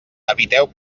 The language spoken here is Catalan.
eviteu